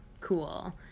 cool